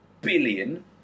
billion